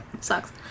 Sucks